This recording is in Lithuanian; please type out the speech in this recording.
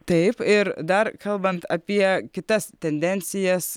taip ir dar kalbant apie kitas tendencijas